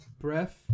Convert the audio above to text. breath